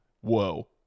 whoa